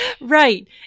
Right